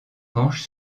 penche